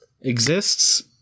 exists